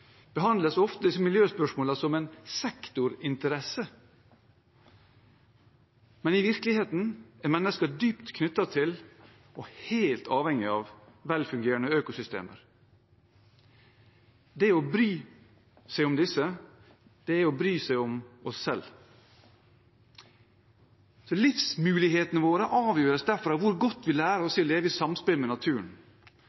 behandles ofte disse miljøspørsmålene som en sektorinteresse. Men i virkeligheten er mennesket dypt knyttet til og helt avhengig av velfungerende økosystemer. Det å bry seg om disse er å bry seg om oss selv. Livsmulighetene våre avgjøres derfor av hvor godt vi lærer oss